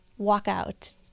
walkout